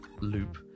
loop